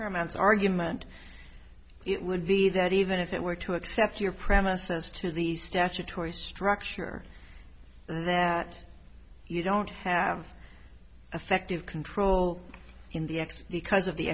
comments argument it would be that even if it were to accept your premises to the statutory structure that you don't have affective control in the act because of the